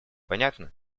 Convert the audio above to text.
понятно